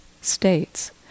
states